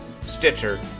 Stitcher